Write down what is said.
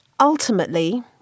Ultimately